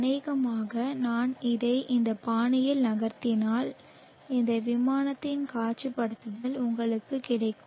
அநேகமாக நான் இதை இந்த பாணியில் நகர்த்தினால் இந்த விமானத்தின் காட்சிப்படுத்தல் உங்களுக்குக் கிடைக்கும்